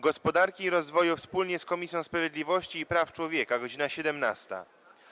Gospodarki i Rozwoju wspólnie z Komisją Sprawiedliwości i Praw Człowieka - godz. 17.